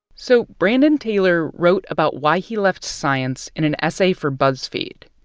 so brandon taylor wrote about why he left science in an essay for buzzfeed.